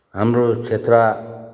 हाम्रो क्षेत्र